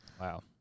Wow